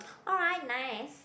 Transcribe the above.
alright nice